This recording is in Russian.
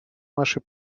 нашей